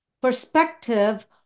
perspective